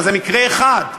אבל זה מקרה אחד,